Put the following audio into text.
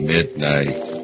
Midnight